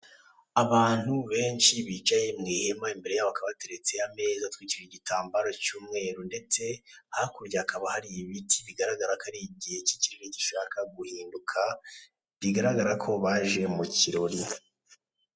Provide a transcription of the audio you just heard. Abantu benshi bicaye mu ihema imbere yabo hakaba hateretse ameza atwikiriye igitambaro cy'umweru ndetse hakurya hakaba hari ibiti bigaragara ko ari igihe ikirere gishaka guhinduka bigaragara ko baje mu kirori.